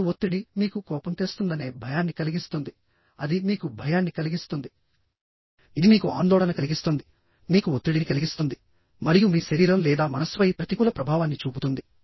చెడు ఒత్తిడి మీకు కోపం తెస్తుందనే భయాన్ని కలిగిస్తుంది అది మీకు భయాన్ని కలిగిస్తుందిఇది మీకు ఆందోళన కలిగిస్తుంది మీకు ఒత్తిడిని కలిగిస్తుంది మరియు మీ శరీరం లేదా మనస్సుపై ప్రతికూల ప్రభావాన్ని చూపుతుంది